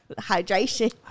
Hydration